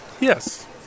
Yes